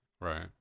Right